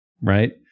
Right